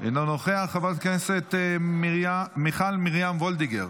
אינו נוכח, חברת הכנסת מיכל מרים וולדיגר,